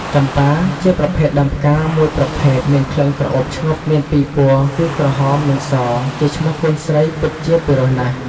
ចំប៉ា ជាប្រភេទដើមផ្កាមួយប្រភេទមានក្លិនក្រអូបឈ្ងប់ មានពីរពណ៌គឺ ក្រហម និងស ជាឈ្មោះកូនស្រីពិតជាពីរោះណាស់ ។